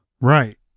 right